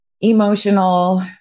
emotional